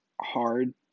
hard